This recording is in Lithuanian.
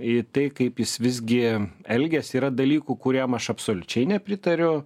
į tai kaip jis visgi elgiasi yra dalykų kuriam aš absoliučiai nepritariu